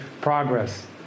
progress